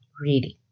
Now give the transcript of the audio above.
reading